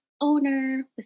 owner